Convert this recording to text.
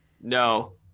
no